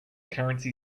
currency